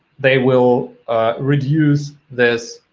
they will reduce this